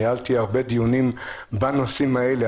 ניהלתי הרבה דיונים בנושאים האלה,